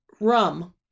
Rum